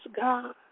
God